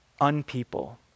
unpeople